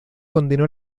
condenó